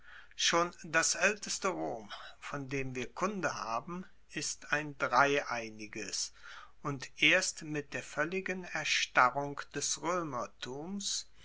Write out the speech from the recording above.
schon das aelteste rom von dem wir kunde haben ist ein dreieiniges und erst mit der voelligen erstarrung des